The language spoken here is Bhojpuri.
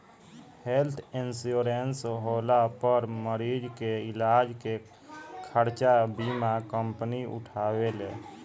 हेल्थ इंश्योरेंस होला पर मरीज के इलाज के खर्चा बीमा कंपनी उठावेले